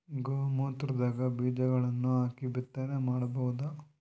ಗೋ ಮೂತ್ರದಾಗ ಬೀಜಗಳನ್ನು ಹಾಕಿ ಬಿತ್ತನೆ ಮಾಡಬೋದ?